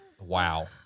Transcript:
Wow